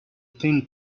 thin